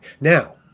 Now